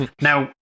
Now